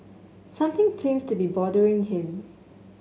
something seems to be bothering him